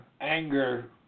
anger